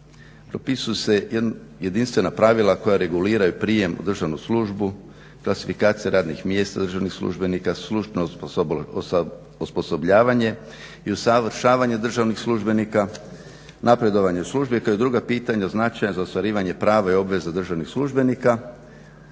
propisuju se jedinstvena pravila koja reguliraju prijem u državnu službu, klasifikacije radnih mjesta državnih službenika, stručna osposobljavanje i usavršavanje državnih službenika, napredovanje u službi kao i druga pitanja značajna za ostvarivanje prava i obveza državnih službenika